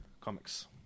comics